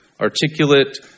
articulate